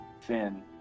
Finn